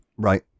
Right